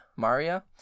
Maria